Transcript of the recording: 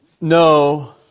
No